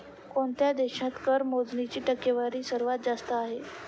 कोणत्या देशात कर मोजणीची टक्केवारी सर्वात जास्त आहे?